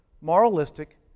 Moralistic